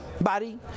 body